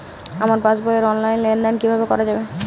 আমার পাসবই র অনলাইন লেনদেন কিভাবে করা যাবে?